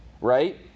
right